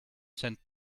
sent